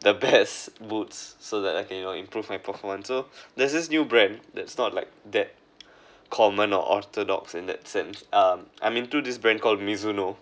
the best boots so that I can you know improve my performance so there's this new brand that's not like that common or orthodox in that sense um I'm into this brand called Mizuno